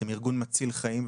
אתם ארגון מציל חיים,